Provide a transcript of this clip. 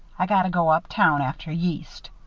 i gotta go up town after yeast.